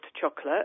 chocolate